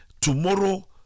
Tomorrow